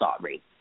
sorry